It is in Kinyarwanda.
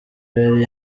yari